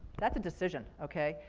that's a decision, okay?